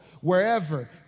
wherever